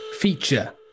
feature